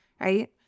right